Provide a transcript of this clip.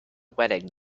wedding